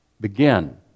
Begin